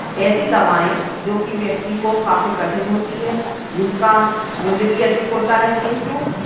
ऐसी दवाएँ जोकि व्यक्ति को काफ़ी कठिन होती है जिनका मूल्य भी अधिक होता है किन्तु